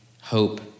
hope